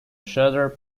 shudder